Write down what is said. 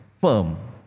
firm